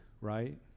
right